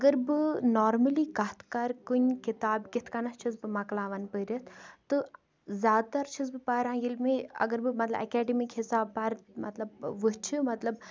اگر بہٕ نارمٔلی کَتھ کَرٕ کُنہِ کَتابہٕ کِتھ کٔنتھ چھس بہٕ مۄکلاوان پٔرِتھ تہٕ زیادٕ تر چھَس بہٕ پَران ییٚلہِ مےٚ اگر بہٕ مطلب ایکیڈمِک حِساب پَرٕ مطلب وٕچھِ مطلب